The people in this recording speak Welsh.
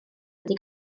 wedi